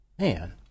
man